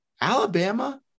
Alabama